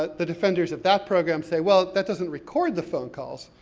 but the defenders of that program say, well, that doesn't record the phone calls.